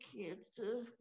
cancer